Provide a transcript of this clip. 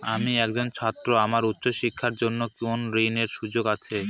আমি একজন ছাত্র আমার উচ্চ শিক্ষার জন্য কোন ঋণের সুযোগ আছে?